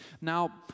Now